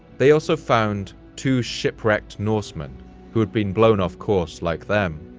they also found two shipwrecked norsemen who had been blown off course like them.